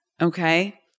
Okay